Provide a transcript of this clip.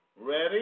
Ready